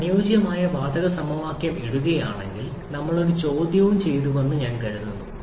നിങ്ങൾ അനുയോജ്യമായ വാതക സമവാക്യം ഇടുകയാണെങ്കിൽ നമ്മൾ ഒരു ചോദ്യവും ചെയ്തുവെന്ന് ഞാൻ കരുതുന്നു